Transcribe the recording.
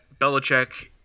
Belichick